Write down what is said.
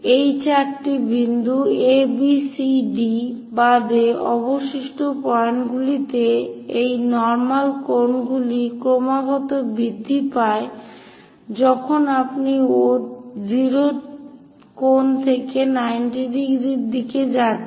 এই চারটি বিন্দু A B C D বাদে অবশিষ্ট পয়েন্টগুলিতে এই নর্মাল কোণগুলি ক্রমাগত বৃদ্ধি পায় যখন আপনি 0 কোণ থেকে 90° দিকে যান